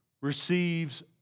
receives